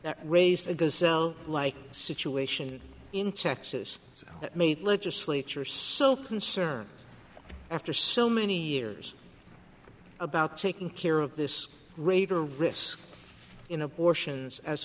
that raised the cell like situation in texas that made legislature so concerned after so many years about taking care of this greater risk in abortions as